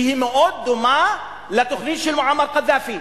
שהיא מאוד דומה לתוכנית של מועמר קדאפי,